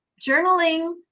journaling